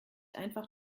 einfach